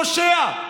פושע?